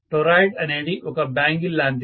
toroid అనేది ఒక bangle లాంటిది